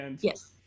Yes